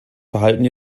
verhalten